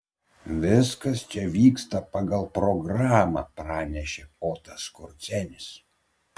viskas čia vyksta pagal programą pranešė otas skorcenis